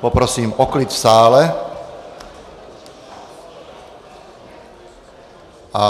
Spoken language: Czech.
Poprosím o klid v sále a